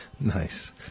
nice